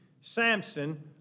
Samson